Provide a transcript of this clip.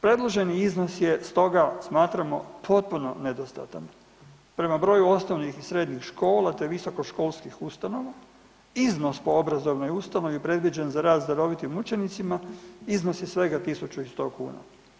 Predloženi iznos je, stoga, smatramo, potpuno nedostatan, prema broju osnovnih i srednjih škola te visokoškolskih ustanova iznos po obrazovnoj ustanovi je predviđen za rast darovitim učenicima, iznos je svega 1.100 kuna.